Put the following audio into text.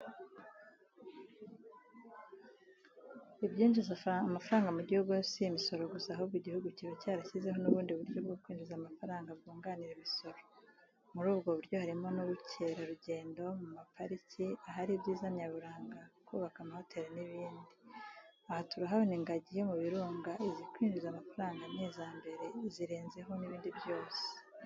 Ibyinjiza amafaranga mugihugu simisoro gusa ahubwo igihugu kiba cyarashyizeho nubundi buryo bwo kwinjiza amafaranga bwunganira imisoro muru bwoburyo harimo n,ubucyera rugendo mumpariki ahari ibyiza nayaburanga kubaka amahoteli nibindi .aha turahabona ingagi yo mubirunga izi mukwinjiza mafaranga nizambere zirenzeho nibindi byose.